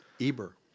Eber